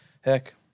heck